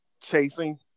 chasing